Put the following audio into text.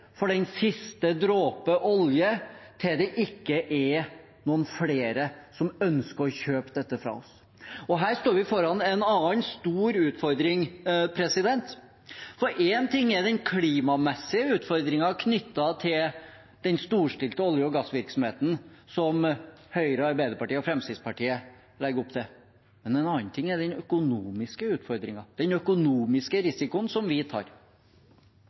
for den siste dråpe olje til det ikke er noen flere som ønsker å kjøpe dette fra oss. Her står vi foran en annen stor utfordring. For én ting er den klimamessige utfordringen knyttet til den storstilte olje- og gassvirksomheten som Høyre, Arbeiderpartiet og Fremskrittspartiet legger opp til, men en annen ting er den økonomiske utfordringen, den økonomiske risikoen som vi tar.